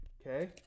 Okay